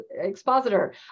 Expositor